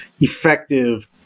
effective